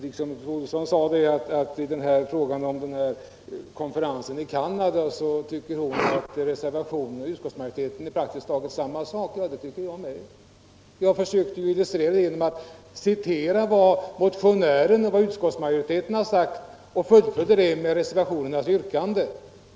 Fru Olsson sade att i frågan om konferensen i Canada så tycker hon att utskottets skrivning och reservanternas är praktiskt taget samma sak. Det tycker jag med. Jag försökte illustrera det genom att citera vad utskottsmajoriteten har sagt och fullfölja det med reservanternas yrkande!